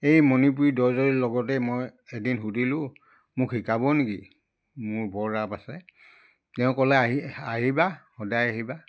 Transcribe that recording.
এই মণিপুৰী দৰ্জীৰ লগতেই মই এদিন সুধিলোঁ মোক শিকাব নেকি মোৰ বৰ ৰাপ আছে তেওঁ ক'লে আহি আহিবা সদায় আহিবা